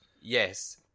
Yes